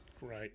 Right